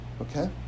okay